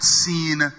seen